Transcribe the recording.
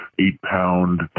eight-pound